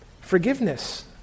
forgiveness